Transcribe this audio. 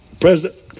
President